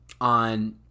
on